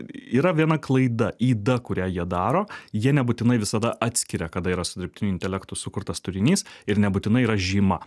yra viena klaida yda kurią jie daro jie nebūtinai visada atskiria kada yra su dirbtiniu intelektu sukurtas turinys ir nebūtinai yra žyma